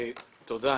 תודה.